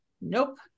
Nope